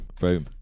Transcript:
Boom